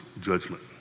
judgment